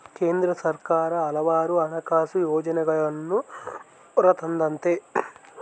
ಕೇಂದ್ರ ಸರ್ಕಾರ ಹಲವಾರು ಹಣಕಾಸು ಯೋಜನೆಗಳನ್ನೂ ಹೊರತಂದತೆ